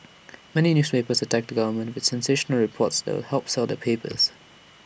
many newspapers attack the government with sensational reports that help sell their papers